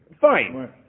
Fine